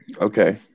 Okay